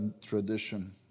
tradition